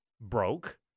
broke